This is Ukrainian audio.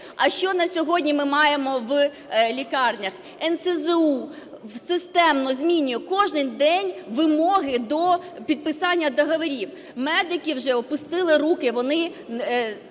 А що на сьогодні ми маємо в лікарнях? НСЗУ системно змінює, кожен день вимоги до підписання договорів, медики вже опустили руки, вони